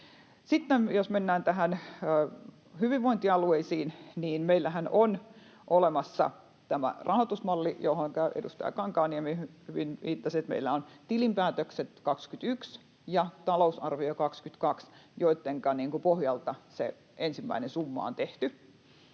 Sitten jos mennään hyvinvointialueisiin, niin meillähän on olemassa tämä rahoitusmalli, johonka edustaja Kankaanniemi hyvin viittasi, että meillä on tilinpäätökset vuodelta 21 ja talousarvio vuodelta 22, joittenka pohjalta se ensimmäinen summa on tehty,